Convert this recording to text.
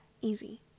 easy